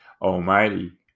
Almighty